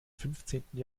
fünfzehnten